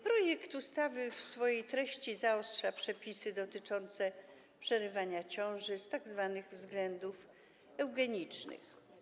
Projekt ustawy w swojej treści zaostrza przepisy dotyczące przerywania ciąży z tzw. względów eugenicznych.